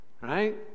right